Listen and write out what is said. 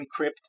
encrypt